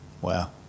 Wow